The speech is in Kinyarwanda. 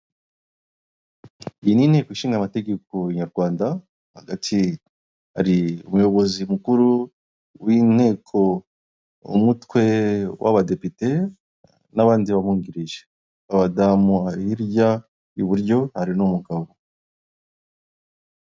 Iyi ni inteko ishinga amategeko nyarwanda, hagati hari umuyobozi mukuru w'inteko umutwe w'abadepite n'abandi babungirije : abadamu, hirya iburyo hari n'umugabo.